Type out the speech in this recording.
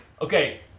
Okay